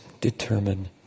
determine